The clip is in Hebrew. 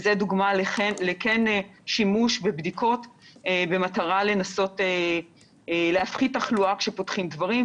וזו דוגמה לשימוש בבדיקות במטרה לנסות להפחית תחלואה כשפותחים דברים,